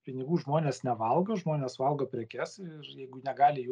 pinigų žmonės nevalgo žmonės valgo prekes ir jeigu negali jų